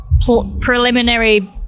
preliminary